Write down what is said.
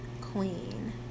queen